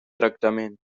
tractament